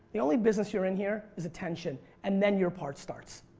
the only business you're in here is attention and then your part starts.